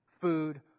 Food